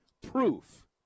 proof